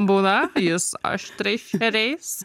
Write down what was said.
būna jis aštriais šeriais